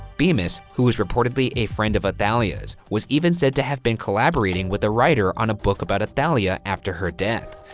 bemis, who was reportedly a friend of athalia's, was even said to have been collaborating with a writer on a book about athalia after her death.